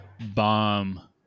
bomb